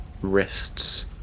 wrists